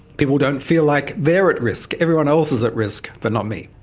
people don't feel like they're at risk everyone else is at risk but not me.